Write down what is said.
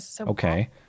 okay